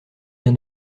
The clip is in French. bien